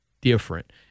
different